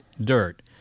dirt